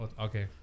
Okay